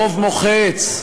ברוב מוחץ,